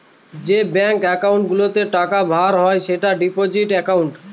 যে bank account গুলোতে টাকা ভরা হয় সেটা ডিপোজিট একাউন্ট